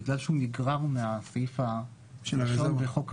בגלל שהוא נגרר מהסעיף של --- בחוק המסגרות,